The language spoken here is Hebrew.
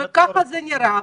כך זה נראה.